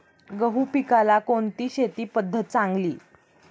गहू पिकाला कोणती शेती पद्धत चांगली?